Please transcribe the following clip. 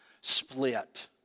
split